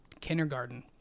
kindergarten